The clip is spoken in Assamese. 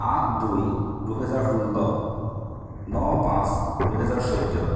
আঠ দুই দুহেজাৰ ষোল্ল ন পাঁচ দুহেজাৰ চৈধ্য